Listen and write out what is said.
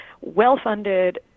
well-funded